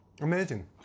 Amazing